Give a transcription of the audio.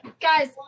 Guys